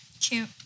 Cute